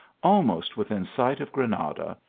almost within sight of granada,